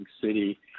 city